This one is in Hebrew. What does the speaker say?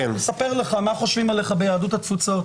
אספר לך מה חושבים עליך ביהדות התפוצות.